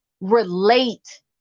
relate